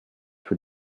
für